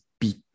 beat